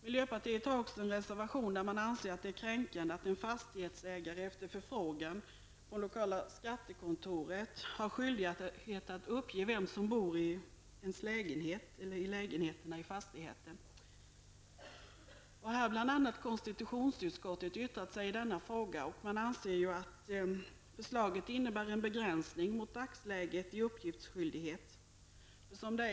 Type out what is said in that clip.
Miljöpartiet har också en reservation där man anser att det är kränkande att en fastighetsägare, efter förfrågan från lokala skattekontoret, har skyldighet att uppge vilka som bor i lägenheterna i fastigheten. Bl.a. konstitutionsutskottet har yttrat sig i denna fråga, och man anser att förslaget innebär en begränsning av hur det är i dagsläget när det gäller uppgiftsskyldighet.